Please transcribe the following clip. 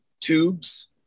tubes